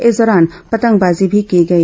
इस दौरान पतंगबाजी भी की गई